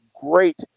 great